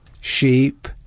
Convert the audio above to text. sheep